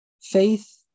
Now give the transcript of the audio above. Faith